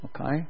Okay